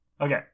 Okay